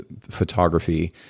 photography